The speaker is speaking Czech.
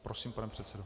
Prosím, pane předsedo.